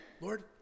Lord